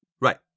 Right